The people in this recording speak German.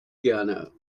gerne